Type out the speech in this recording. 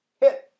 Hit